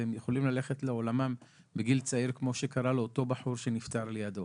והם יכולים ללכת לעולמם בגיל צעיר כמו שקרה לאותו בחור שנפטר לידו